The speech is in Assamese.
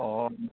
অঁ